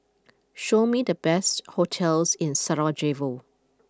show me the best hotels in Sarajevo